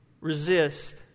Resist